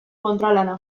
kontralana